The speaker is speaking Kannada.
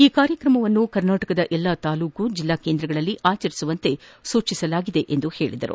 ಈ ಕಾರ್ಯಕ್ರಮವನ್ನು ರಾಜ್ಯದ ಎಲ್ಲಾ ತಾಲೂಕು ಜಿಲ್ಲಾ ಕೇಂದ್ರಗಳಲ್ಲೂ ಆಚರಿಸುವಂತೆ ಸೂಚಿಸಲಾಗಿದೆ ಎಂದರು